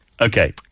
Okay